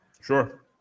sure